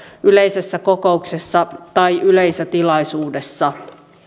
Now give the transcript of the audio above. yleisessä kokouksessa tai yleisötilaisuudessa